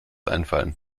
einfallen